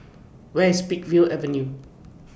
Where IS Peakville Avenue